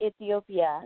Ethiopia